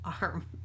arm